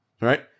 right